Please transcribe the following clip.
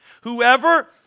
Whoever